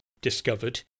discovered